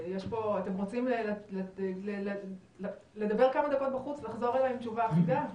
אתם רוצים לדבר כמה דקות ולחזור אלי עם תשובה אחידה?